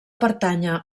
pertànyer